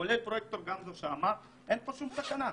כולל פרופ' גמזו שאמר: אין פה שום סכנה.